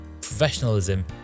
professionalism